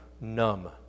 numb